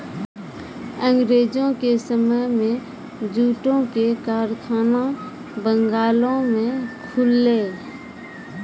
अंगरेजो के समय मे जूटो के कारखाना बंगालो मे खुललै